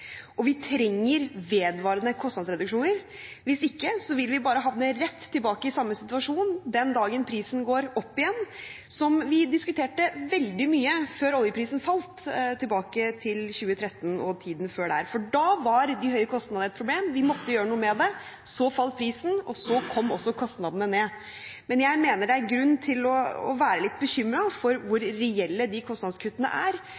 Vi trenger vedvarende kostnadsreduksjoner, hvis ikke, vil vi bare havne rett tilbake i samme situasjon den dagen prisen går opp igjen – som vi diskuterte veldig mye før oljeprisen falt, tilbake til 2013 og tiden før. Da var de høye kostnadene et problem, vi måtte gjøre noe med det. Så falt prisen, og så kom også kostnadene ned. Men jeg mener det er grunn til å være litt bekymret for hvor reelle de kostnadskuttene er.